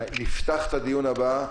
נפתח את הדיון הבא,